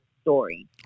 story